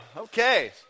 Okay